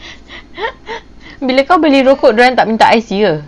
bila kau beli rokok dia orang tak minta I_C ke